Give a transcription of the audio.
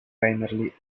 primarily